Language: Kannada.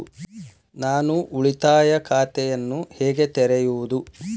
ನಾನು ಉಳಿತಾಯ ಖಾತೆಯನ್ನು ಹೇಗೆ ತೆರೆಯುವುದು?